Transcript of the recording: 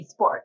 eSports